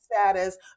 status